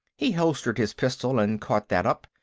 he holstered his pistol and caught that up,